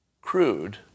crude